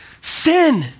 sin